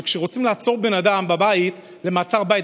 שכאשר רוצים לעצור בן אדם בבית למעצר בית,